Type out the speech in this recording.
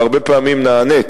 והרבה פעמים נענית,